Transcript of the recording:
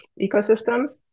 ecosystems